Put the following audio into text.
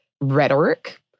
rhetoric